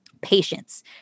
patience